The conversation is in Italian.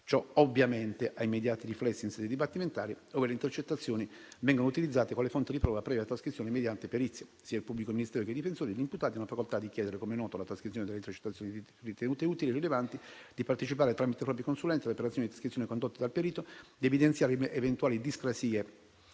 Ciò ovviamente ha immediati riflessi in sede dibattimentale, ove le intercettazioni vengono utilizzate quali fonti di prova, previa trascrizione mediante perizia. Sia il pubblico ministero che i difensori degli imputati hanno la facoltà di chiedere - come noto - la trascrizione delle intercettazioni ritenute utili e rilevanti e di partecipare tramite i propri consulenti alle operazioni di trascrizione condotte dal perito, evidenziare eventuali discrasie